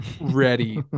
ready